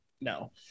no